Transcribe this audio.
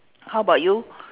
how about you